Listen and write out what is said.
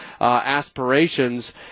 aspirations